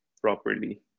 properly